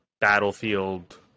battlefield